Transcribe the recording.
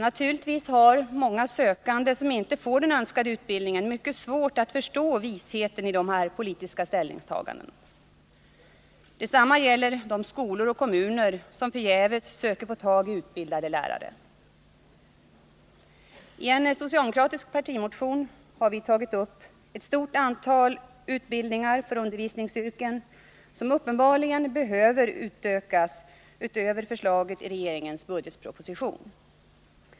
Naturligtvis har många sökande som inte får den önskade utbildningen mycket svårt att förstå visheten i dessa politiska ställningstaganden. Detsamma gäller de skolor och kommuner som förgäves söker få tag i utbildade lärare. I en socialdemokratisk partimotion har vi tagit upp ett stort antal utbildningar för undervisningsyrken som uppenbarligen behöver utökas utöver förslaget i regeringens budgetproposition.